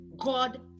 God